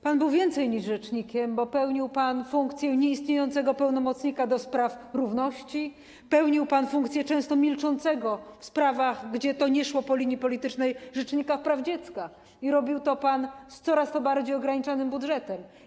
Pan był więcej niż rzecznikiem, bo pełnił pan funkcję nieistniejącego pełnomocnika do spraw równości, pełnił pan funkcję często milczącego w sprawach, które nie szły po linii politycznej, rzecznika praw dziecka i robił to pan z coraz bardziej ograniczonym budżetem.